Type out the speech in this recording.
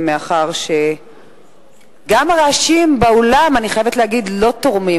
גם הרעשים באולם, אני חייבת להגיד, לא תורמים.